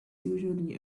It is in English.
usually